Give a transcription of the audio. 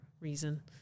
reason